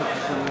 התוצאה